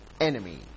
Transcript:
enemy